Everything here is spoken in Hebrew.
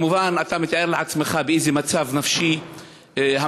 כמובן, אתה מתאר לעצמך באיזה מצב נפשי המשפחה